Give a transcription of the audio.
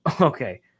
Okay